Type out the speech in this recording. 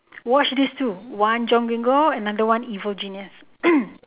watch this two one john Gringo another one evil genius